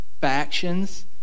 factions